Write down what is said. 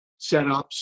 setups